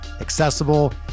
accessible